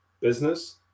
business